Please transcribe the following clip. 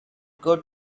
got